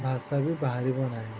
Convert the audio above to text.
ଭାଷା ବି ବାହାରିବ ନାହିଁ